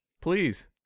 Please